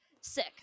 Sick